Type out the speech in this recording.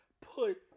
put